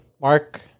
Mark